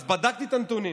אז בדקתי את הנתונים